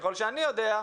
ככל שאני יודע,